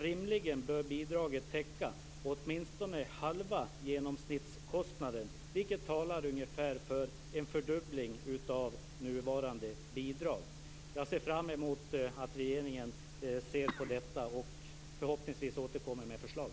Rimligen bör bidraget täcka åtminstone halva genomsnittskostnaden, vilket talar för ungefär en fördubbling av nuvarande bidrag. Jag ser fram emot att regeringen ser på detta och förhoppningsvis återkommer med förslag.